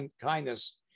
kindness